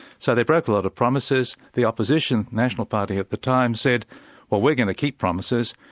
so they broke a lot of promises. the opposition national party at the time said well we're going to keep promises,